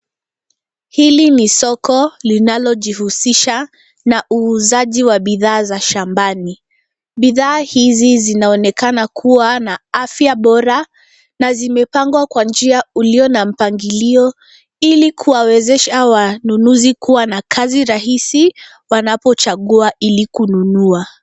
Hili ni soko linalojihusisha na uuzaji wa bidhaa za shambani. Bidhaa hizi zinaonekana kuwa na afya bora na zimepangwa kwa njia ulio na mpangilio ili kuwawezesha wanunuzi kuwa na kazi rahisi wanapochagua ili kununua.